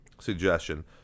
suggestion